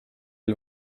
üks